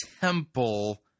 temple